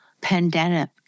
pandemic